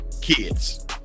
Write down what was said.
kids